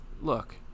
Look